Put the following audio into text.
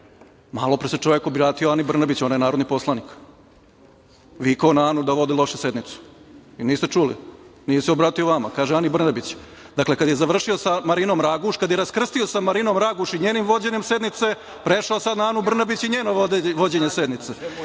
Malopre se čovek obratio Ani Brnabić, ona je narodni poslanik. Vikao na Anu da vodi loše sednicu, niste čuli? Nije se obratio vama, kaže Ani Brnabić. Dakle, kada je završio sa Marinom Raguš, kada je raskrstio sa Marinom Raguš i njenim vođenjem sednice, prešao je sada na Anu Brnabić i njeno vođenje sednice.